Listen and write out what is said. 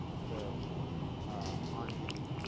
so on the